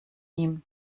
ihm